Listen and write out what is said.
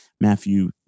Matthew